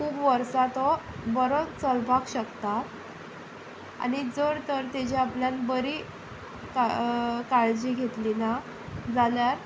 खूब वर्सां तो बरो चलपाक शकता आनी जर तर ताच्या आपल्यान बरी काळजी घेतली ना जाल्यार